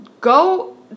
Go